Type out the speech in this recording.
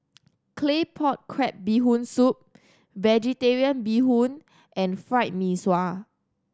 Claypot Crab Bee Hoon Soup Vegetarian Bee Hoon and Fried Mee Sua